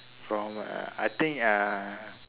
from uh I think ah